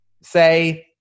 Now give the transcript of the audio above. say